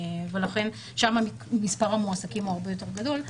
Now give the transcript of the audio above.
ולכן שם מספר המועסקים הוא הרבה יותר גדול.